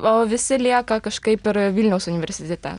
o visi lieka kažkaip ir vilniaus universitete